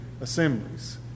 assemblies